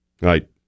right